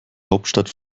hauptstadt